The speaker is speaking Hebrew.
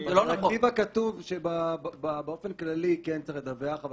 בדירקטיבה כתוב שבאופן כללי כן צריך לדווח אבל